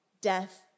death